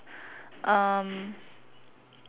um